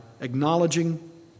acknowledging